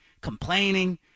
complaining